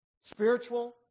Spiritual